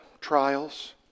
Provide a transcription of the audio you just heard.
trials